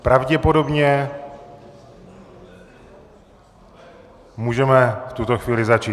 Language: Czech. Pravděpodobně můžeme v tuto chvíli začít.